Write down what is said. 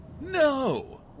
No